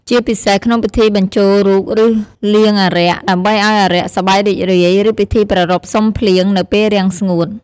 ជាពិសេសក្នុងពិធីបញ្ចូលរូបឬលៀងអារក្ស ដើម្បីឲ្យអារក្សសប្បាយរីករាយ ឬពិធីប្រារព្ធសុំភ្លៀងនៅពេលរាំងស្ងួត។